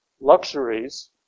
Luxuries